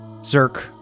Zerk